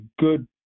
good